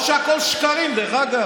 או שהכול שקרים, דרך אגב.